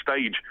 stage